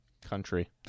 country